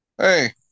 Hey